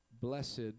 Blessed